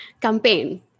campaign